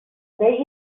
they